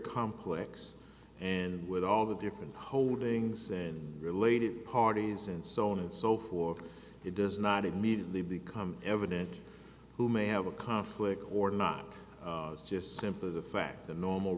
complex and with all the different holdings and related parties and so on and so forth it does not immediately become evident who may have a conflict or not just simply the fact that normal